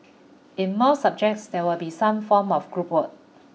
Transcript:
in most subjects there will be some form of group work